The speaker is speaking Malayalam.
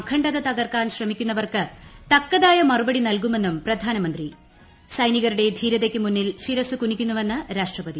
അഖണ്ഡത തകർക്കാൻ ശ്രമിക്കുന്നവർക്ക് തക്കതായ മറുപടി നൽകുമെന്നും പ്രധാനമന്ത്രി സൈനികരുടെ ധീരതയ്ക്ക് മുന്നിൽ ശിരസ്റ്റ് കുനിക്കുന്നുവെന്ന് രാഷ്ട്രപതി